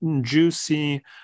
juicy